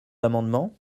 l’amendement